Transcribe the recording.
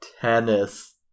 Tennis